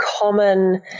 common